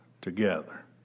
together